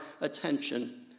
attention